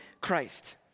Christ